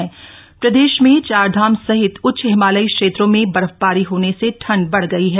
मौसम अपडेट प्रदेश में चारधाम सहित उच्च हिमालयी क्षेत्रों में बर्फबारी होने से ठंड बढ़ गई है